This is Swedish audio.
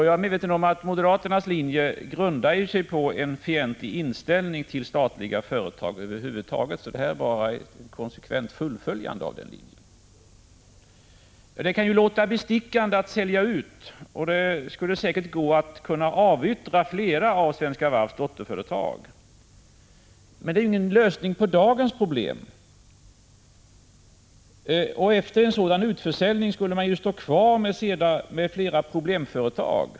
Jag är medveten om att moderaternas linje grundar sig på en fientlig inställning till statliga företag över huvud taget, så det här är bara ett konsekvent fullföljande av den linjen. Det kan låta bestickande när man säger att vi skall sälja ut vissa delar, och det skulle säkert gå att avyttra flera av Svenska Varvs dotterföretag. Men det är ingen lösning på dagens problem. Och efter en sådan utförsäljning skulle man ha kvar flera problemföretag.